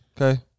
Okay